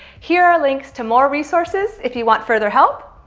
here are links to more resources if you want further help.